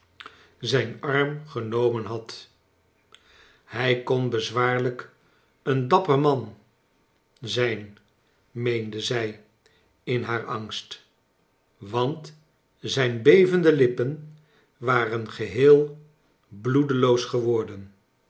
zijn arm genomen had hij kon bezwaarlijk een dapper man charles dickens zijn meende zij in haar angst want zijn bevende lippen waren geheel bloedeloos geworden